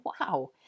Wow